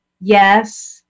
Yes